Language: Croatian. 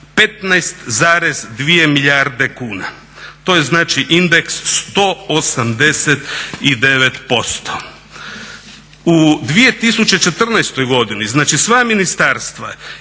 15,2 milijarde kuna. To je znači indeks 189%. U 2014. godini znači sva ministarstva